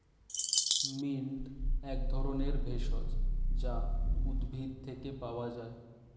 mint এক ধরনের ভেষজ যা উদ্ভিদ থেকে পাওয় যায়